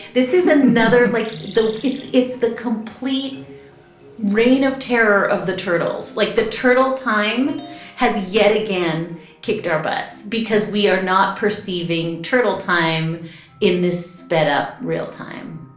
this is another like the it's it's the complete reign of terror of the turtles, like the turtle. time has yet again kicked our butts because we are not perceiving turtle time in this sped up real time.